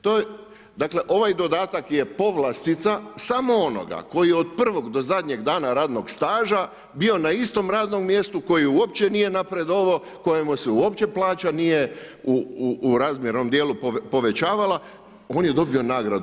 To, dakle ovaj dodatak je povlastica samo onoga koji je od prvog do zadnjeg dana radnog staža bio na istom radnom mjestu, koji uopće nije napredovao, kojemu se uopće plaća nije u razmjernom dijelu povećavala on je dobio nagradu.